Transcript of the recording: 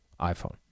iPhone